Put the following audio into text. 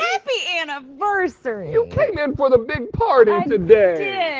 happy anniversary! you came in for the big party today.